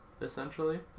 essentially